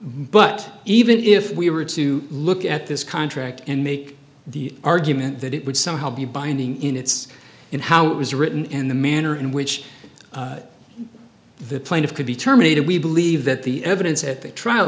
but even if we were to look at this contract and make the argument that it would somehow be binding in it's in how it was written and the manner in which the plaintiff could be terminated we believe that the evidence at the trial